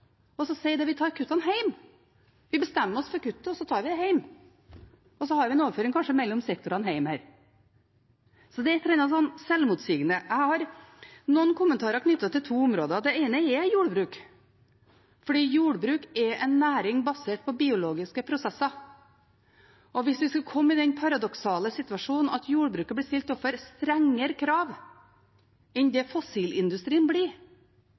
og så tar vi det hjemme, og så har vi kanskje en overføring mellom sektorene her hjemme. Det er et eller annet selvmotsigende her. Jeg har noen kommentarer knyttet til to områder. Det ene er jordbruk. Jordbruk er en næring basert på biologiske prosesser. Hvis vi skulle komme i den paradoksale situasjonen at jordbruket blir stilt overfor strengere krav enn fossilindustrien,